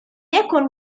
يكن